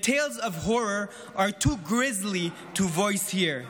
The tales of horror are too grisly to voice here.